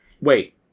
Wait